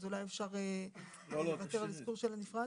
אז אולי אפשר לוותר על האזכור של הנפרד.